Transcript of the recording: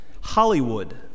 Hollywood